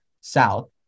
south